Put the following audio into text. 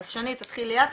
אז שני, תתחילי את.